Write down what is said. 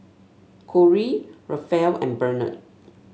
Corry Raphael and Bernard